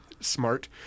smart